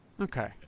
Okay